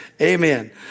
Amen